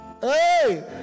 Hey